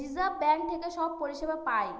reserve bank থেকে সব পরিষেবা পায়